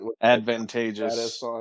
Advantageous